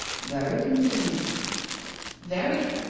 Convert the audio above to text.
very convenient very.